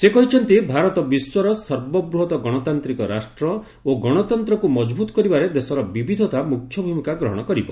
ସେ କହିଛନ୍ତି ଭାରତ ବିଶ୍ୱର ସର୍ବବୃହତ ଗଣତାନ୍ତ୍ରିକ ରାଷ୍ଟ୍ର ଓ ଗଣତନ୍ତ୍ରକୁ ମଜବୁତ କରିବାରେ ଦେଶର ବିବିଧତା ମୁଖ୍ୟ ଭୂମିକା ଗ୍ରହଣ କରିବ